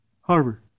Harvard